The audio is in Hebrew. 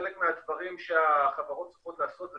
חלק מהדברים שהחברות צריכות לעשות זה